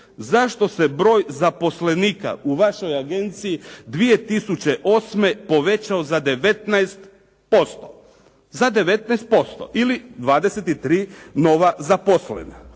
zašto se broj zaposlenika u vašoj agenciji 2008. povećao za 19%? Za 19%. Ili 23 nova zaposlena.